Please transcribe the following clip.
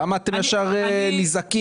למה אתם ישר נזעקים?